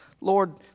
Lord